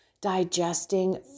digesting